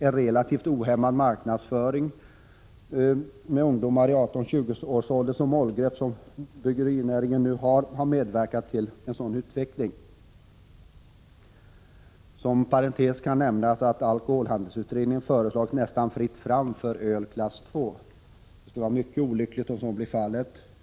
En relativt ohämmad marknadsföring med ungdomar i 18—20-årsåldern som målgrupp, som bryggerinäringen nu har, har medverkat till denna utveckling. Som parentes kan nämnas att alkoholhandelsutredningen föreslagit nästan fritt fram för öl klass II. Det skulle vara mycket olyckligt om så blir fallet.